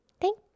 Thank